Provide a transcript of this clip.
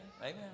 amen